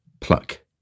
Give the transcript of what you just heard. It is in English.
pluck